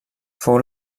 fou